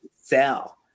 sell